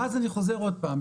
ואז אני חוזר עוד פעם,